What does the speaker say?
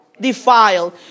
defiled